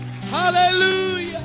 Hallelujah